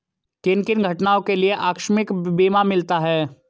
किन किन घटनाओं के लिए आकस्मिक बीमा मिलता है?